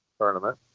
tournament